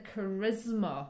charisma